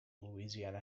louisiana